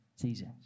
Jesus